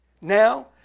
Now